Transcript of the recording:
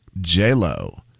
J-Lo